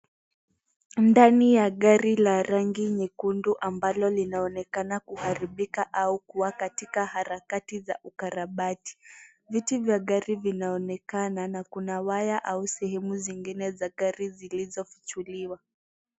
Ndani ya gari la rangi nyekundu ambalo linaonekana kuharibika au kuwa katika harakati za ukarabati . Viti vya gari vinaonekana na kuna waya au sehemu zingine za gari zilizofichuliwa.